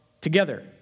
together